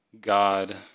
God